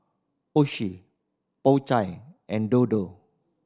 Oishi Po Chai and Dodo